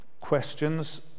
questions